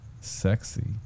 sexy